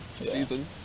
season